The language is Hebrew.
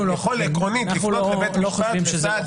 הוא יכול עקרונית לפנות לבית משפט לסעד,